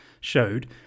showed